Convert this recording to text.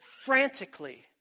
frantically